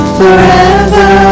forever